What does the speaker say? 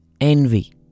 Envy